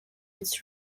its